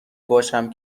باشم